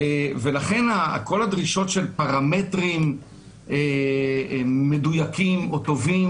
ולכן כל הדרישות של פרמטרים מדויקים או טובים